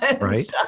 Right